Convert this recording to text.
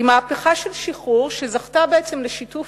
היא מהפכה של שחרור שזכתה בעצם לשיתוף